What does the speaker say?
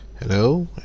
Hello